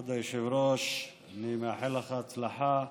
כבוד היושב-ראש, אני מאחל לך הצלחה.